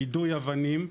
יידוי אבנים,